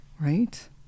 Right